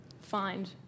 find